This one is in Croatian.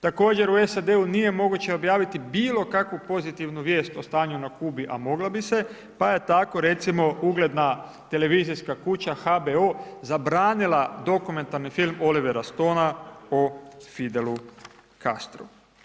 Također u SAD-u nije moguće objaviti bilo kakvu pozitivnu vijest o stanju na Kubi a mogla bi se pa je tako recimo ugledna televizijska kuća HBO zabranila dokumentarni film Olivera Stona o Fidelu Castru.